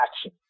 Action